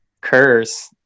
curse